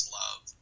love